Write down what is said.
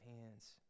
hands